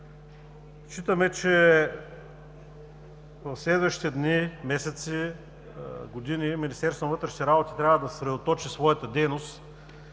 Считаме, че в следващите дни, месеци, години Министерството на вътрешните работи трябва да съсредоточи своята дейност